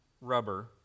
rubber